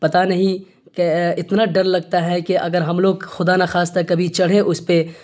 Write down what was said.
پتہ نہیں اتنا ڈر لگتا ہے کہ اگر ہم لوگ خدا نخواستہ کبھی چڑھے اس پہ